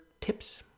tips